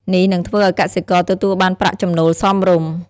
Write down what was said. នេះនឹងធ្វើឱ្យកសិករទទួលបានប្រាក់ចំណូលសមរម្យ។